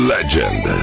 Legend